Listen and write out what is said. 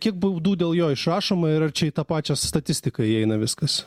kiek baudų dėl jo išrašoma ir ar čia į tą pačią statistiką įeina viskas